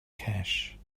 cash